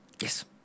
Yes